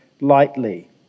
lightly